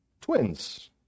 twins